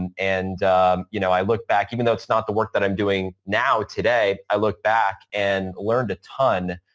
and and you know i look back even though it's not the work that i'm doing now, today, i look back and learned a ton